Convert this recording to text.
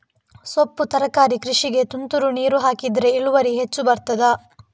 ಸೊಪ್ಪು ತರಕಾರಿ ಕೃಷಿಗೆ ತುಂತುರು ನೀರು ಹಾಕಿದ್ರೆ ಇಳುವರಿ ಹೆಚ್ಚು ಬರ್ತದ?